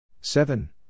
Seven